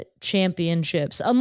championships